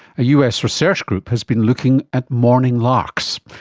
a us research group has been looking at morning larks.